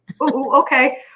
Okay